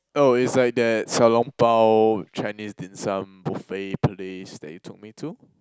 oh is like that Xiao-Long-Bao Chinese dim-sum buffet place that you took me to